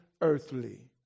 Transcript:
earthly